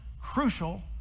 crucial